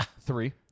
three